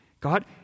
God